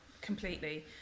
Completely